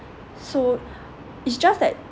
so it's just that